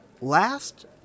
last